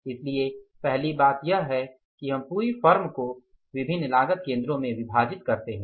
इसलिए पहली बात यह है कि हम पूरी फर्म को विभिन्न लागत केंद्रों में विभाजित करते हैं